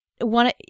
one